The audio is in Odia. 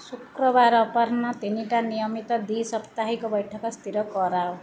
ଶୁକ୍ରବାର ଅପରାହ୍ନ ତିନୋଟି ନିୟମିତ ଦୁଇ ସାପ୍ତାହିକ ବୈଠକ ସ୍ଥିର କରାଅ